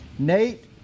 Nate